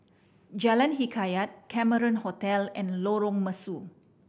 Jalan Hikayat Cameron Hotel and Lorong Mesu